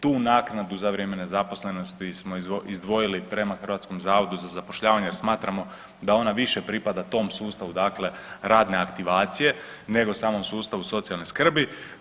Tu naknadu za vrijeme nezaposlenosti smo izdvojili prema Hrvatskom zavodu za zapošljavanje jer smatramo da ona više pripada tom sustavu, dakle radne aktivacije, nego samom sustavu socijalne skrbi.